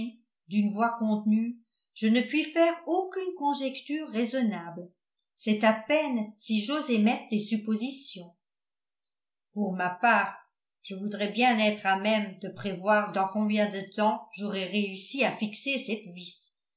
d'une voix contenue je ne puis faire aucune conjecture raisonnable c'est à peine si j'ose émettre des suppositions pour ma part je voudrais bien être à même de prévoir dans combien de temps j'aurai réussi à fixer cette vis